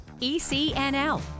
ECNL